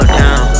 down